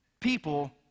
people